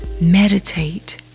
Meditate